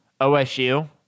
OSU